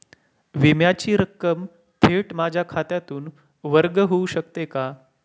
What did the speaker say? विम्याची रक्कम थेट माझ्या खात्यातून वर्ग होऊ शकते का?